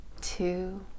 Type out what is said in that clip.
two